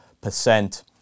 percent